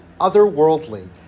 otherworldly